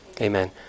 Amen